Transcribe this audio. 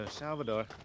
Salvador